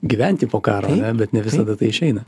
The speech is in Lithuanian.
gyventi po karo bet ne visada tai išeina